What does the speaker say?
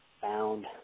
found